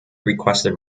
requested